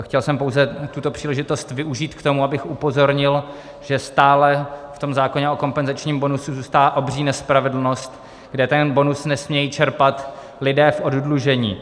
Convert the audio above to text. Chtěl jsem pouze tuto příležitost využít k tomu, abych upozornil, že stále v zákoně o kompenzačním bonusu zůstává obří nespravedlnost, kde ten bonus nesmějí čerpat lidé v oddlužení.